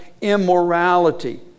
immorality